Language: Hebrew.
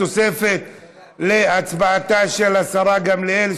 בתוספת הצבעתה של השרה גמליאל,